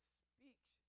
speech